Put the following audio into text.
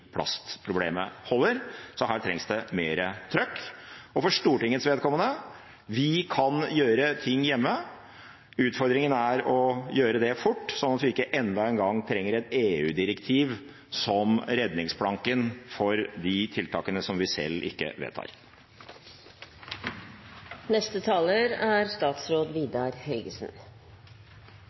plastproblemet holder, så her trengs det mer trykk. For Stortingets vedkommende: Vi kan gjøre ting hjemme, utfordringen er å gjøre det fort slik at vi ikke enda en gang trenger et EU-direktiv som redningsplanke for de tiltakene vi selv ikke vedtar. Det er